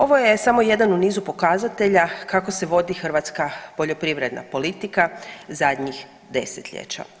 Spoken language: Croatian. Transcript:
Ovo je samo jedan u nizu pokazatelja kako se vodi hrvatska poljoprivredna politika zadnjih desetljeća.